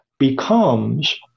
Becomes